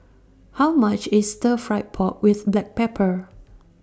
How much IS Stir Fry Pork with Black Pepper